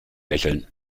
lächeln